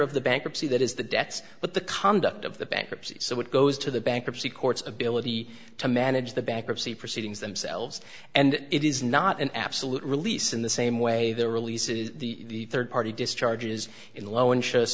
of the bankruptcy that is the debts but the conduct of the bankruptcy so it goes to the bankruptcy courts ability to manage the bankruptcy proceedings themselves and it is not an absolute release in the same way the releases the rd party discharges in low interest